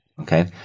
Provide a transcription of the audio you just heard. Okay